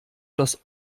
das